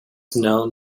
known